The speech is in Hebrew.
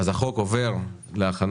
אנחנו חוזרים לפרק של גיל הפרישה,